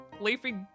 leafy